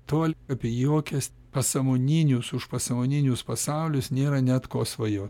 tol apie jokias pasąmoninius užpasąmoninius pasaulius nėra net ko svajo